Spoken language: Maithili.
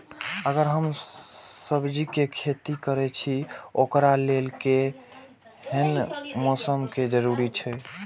अगर हम सब्जीके खेती करे छि ओकरा लेल के हन मौसम के जरुरी छला?